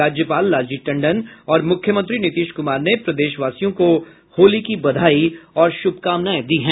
राज्यपाल लालजी टंडन और मुख्यमंत्री नीतीश कुमार ने प्रदेशवासियों को होली की बधाई और शुभकामनाएं दी है